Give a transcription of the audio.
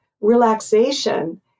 relaxation